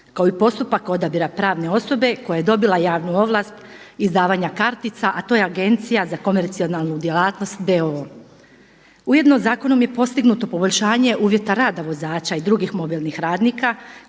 kao i postupak odabira pravne osobe koja je dobila javnu ovlast izdavanja kartica, a to je Agencija za komercijalnu djelatnost d.o.o. Ujedno zakonom je postignuto poboljšanje uvjeta rada vozača i drugih mobilnih radnika